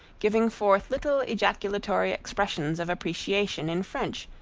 giving forth little ejaculatory expressions of appreciation in french,